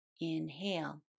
inhale